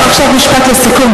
עכשיו יש לו משפט לסיכום.